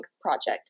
project